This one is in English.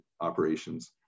operations